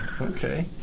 Okay